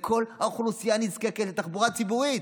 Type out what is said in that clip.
אלא לכל האוכלוסייה שנזקקת לתחבורה ציבורית.